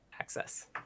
access